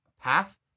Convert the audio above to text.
path